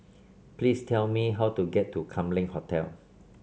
please tell me how to get to Kam Leng Hotel